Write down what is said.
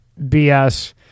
BS